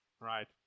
right